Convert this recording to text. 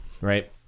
right